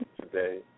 today